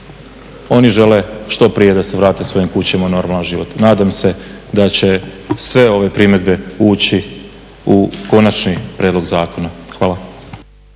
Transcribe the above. Oni žele što prije da se vrate svojim kućama u normalan život. Nadam se da će sve ove primedbe ući u konačni predlog zakona. Hvala.